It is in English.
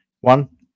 one